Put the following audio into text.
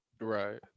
Right